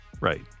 Right